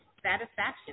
Satisfaction